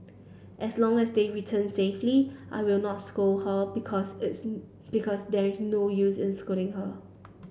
as long as they return safely I will not scold her because this because there is no use in scolding her